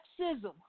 sexism